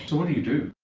what do you do?